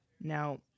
Now